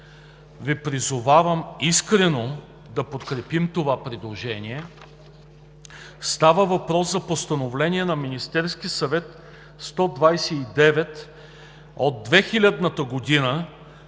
Ви призовавам искрено да подкрепим това предложение. Става въпрос за Постановление на Министерския съвет № 129 от 2000 г.,